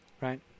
right